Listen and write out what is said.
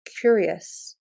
curious